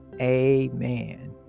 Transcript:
Amen